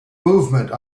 movement